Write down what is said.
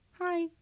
Hi